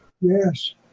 Yes